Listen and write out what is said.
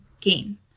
gain